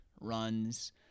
runs